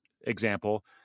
example